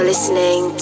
Listening